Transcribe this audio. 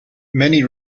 many